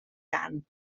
tant